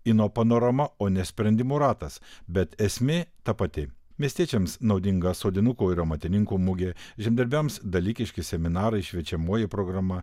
inno panorama o ne sprendimų ratas bet esmė ta pati miestiečiams naudinga sodinukų ir amatininkų mugė žemdirbiams dalykiški seminarai šviečiamoji programa